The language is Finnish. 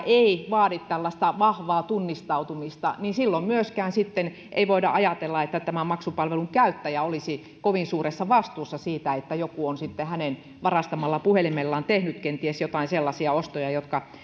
ei vaadi tällaista vahvaa tunnistautumista niin silloin ei myöskään sitten voida ajatella että maksupalvelun käyttäjä olisi kovin suuressa vastuussa siitä että joku on hänen varastetulla puhelimellaan tehnyt kenties joitain sellaisia ostoja